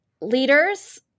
Leaders